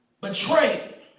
betrayed